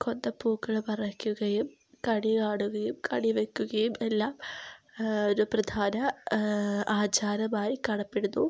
കൊന്നപ്പൂക്കളും പറിക്കുകയും കണി കാണുകയും കണി വയ്ക്കുകയും എല്ലാം ഒരു പ്രധാന ആചാരമായി കാണപ്പെടുന്നു